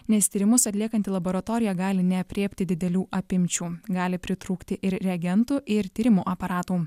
nes tyrimus atliekanti laboratorija gali neaprėpti didelių apimčių gali pritrūkti ir reagentų ir tyrimų aparatų